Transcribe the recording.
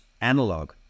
analog